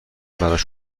براش